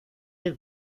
que